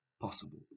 possible